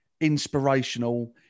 inspirational